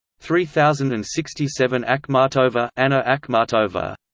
three thousand and sixty seven akhmatova and ah akhmatova